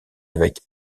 avec